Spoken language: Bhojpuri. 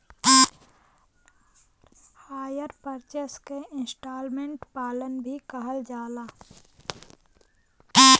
हायर परचेस के इन्सटॉलमेंट प्लान भी कहल जाला